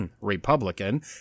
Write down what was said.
Republican